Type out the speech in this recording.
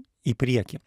į priekį